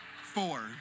Four